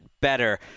better